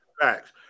Facts